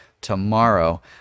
tomorrow